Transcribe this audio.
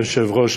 אדוני היושב-ראש,